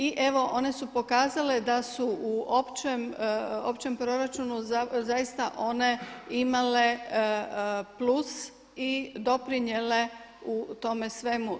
I evo one su pokazale da su u općem proračunu zaista one imale plus i doprinijele u tome svemu.